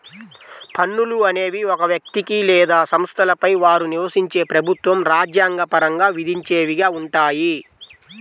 పన్నులు అనేవి ఒక వ్యక్తికి లేదా సంస్థలపై వారు నివసించే ప్రభుత్వం రాజ్యాంగ పరంగా విధించేవిగా ఉంటాయి